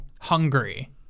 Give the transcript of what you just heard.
Hungary